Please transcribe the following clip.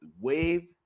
wave